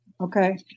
Okay